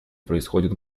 происходят